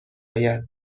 آید